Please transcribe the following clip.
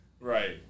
Right